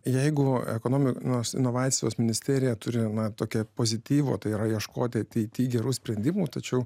jeigu ekonomika nors inovacijos ministerija turi na tokia pozityvotai yraieškoti ateity gerų sprendimų tačiau